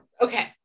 Okay